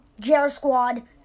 JRSQUAD